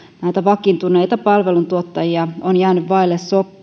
vakiintuneita palveluntuottajia on jäänyt vaille